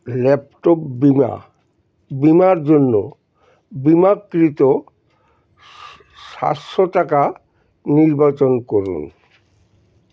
laptop বীমা বীমার জন্য বিমাকৃত সাতশো টাকা নির্বাচন করুন